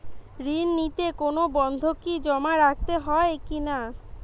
ঋণ নিতে কোনো বন্ধকি জমা রাখতে হয় কিনা?